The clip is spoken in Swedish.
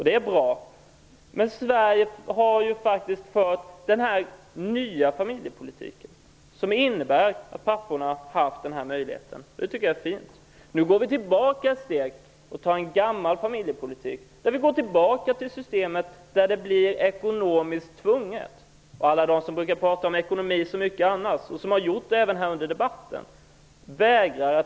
Det är bra, men Sverige har faktiskt redan fört den nya familjepolitiken, som har inneburit att papporna har haft den möjligheten. Det tycker jag är fint. Nu går vi tillbaka ett steg, till en gammal familjepolitik där familjerna kommer att tjäna på att det är kvinnorna som stannar hemma med ett vårdnadsbidrag. Så kommer det att bli; det är ekonomiskt tvunget.